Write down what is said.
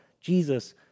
Jesus